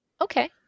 okay